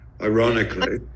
ironically